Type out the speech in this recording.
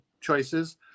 choices